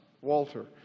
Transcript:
Walter